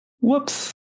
Whoops